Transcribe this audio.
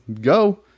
go